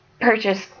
purchase